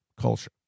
culture